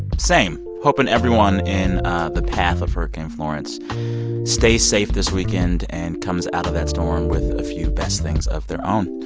same hoping everyone in the path of hurricane florence stays safe this weekend and comes out of that storm with a few best things of their own.